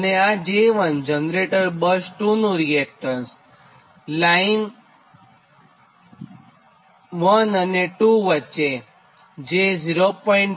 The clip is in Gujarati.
તો આ j1 જનરેટર બસ 2 નું રીએક્ટન્સ લાઇન બસ 1 2 વચ્ચે j0